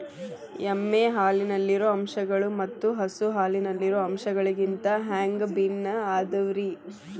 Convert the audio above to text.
ಎಮ್ಮೆ ಹಾಲಿನಲ್ಲಿರೋ ಅಂಶಗಳು ಮತ್ತ ಹಸು ಹಾಲಿನಲ್ಲಿರೋ ಅಂಶಗಳಿಗಿಂತ ಹ್ಯಾಂಗ ಭಿನ್ನ ಅದಾವ್ರಿ?